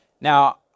Now